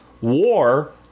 war